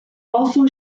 also